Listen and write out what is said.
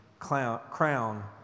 crown